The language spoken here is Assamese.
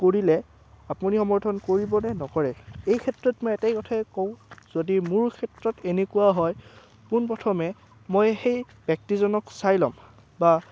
কৰিলে আপুনি সমৰ্থন কৰিবনে নকৰে এই ক্ষেত্ৰত মই এটাই কথা কওঁ যদি মোৰ ক্ষেত্ৰত এনেকুৱা হয় পোনপ্ৰথমে মই সেই ব্যক্তিজনক চাই ল'ম বা